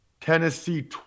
Tennessee